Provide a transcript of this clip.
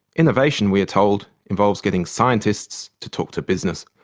innovation, we are told, involves getting scientists to talk to business.